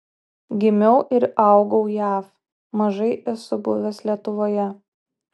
gimiau ir augau jav mažai esu buvęs lietuvoje